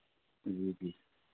जी जी